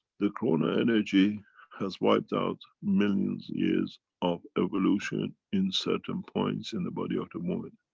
the corona energy has wiped out millions years of evolution in certain points in the body of the woman.